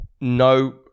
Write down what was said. No